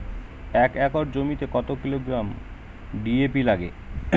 এক একর জমিতে কত কিলোগ্রাম ডি.এ.পি লাগে?